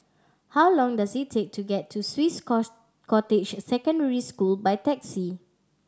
how long does it take to get to Swiss Cottage Secondary School by taxi